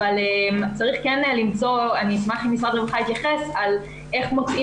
אבל צריך כן למצוא ואשמח אם משרד הרווחה יתייחס על איך מוצאים